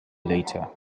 later